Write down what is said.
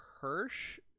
Hirsch